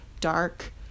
dark